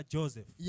Joseph